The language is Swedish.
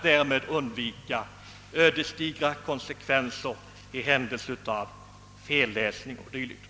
Därigenom kommer ödesdigra konsekvenser i händelse av felläsning att kunna undvikas.